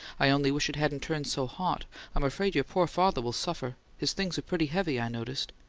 i only wish it hadn't turned so hot i'm afraid your poor father'll suffer his things are pretty heavy, i noticed.